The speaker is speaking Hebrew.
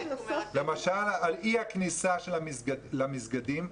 למשל, אי הכניסה למסגדים,